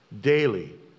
daily